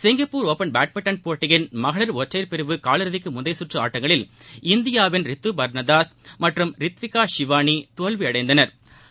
Singapore open badminton போட்டியின் மகளிர் ஒற்றையர் பிரிவு கால் இறுதிக்கு முந்தைய சுற்று ஆட்டங்களில் இந்தியாவின் ரித்து பா்னதாஸ் மற்றம் ரித்விகா ஷிவானி தோல்வியடைந்தனா்